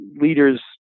leaders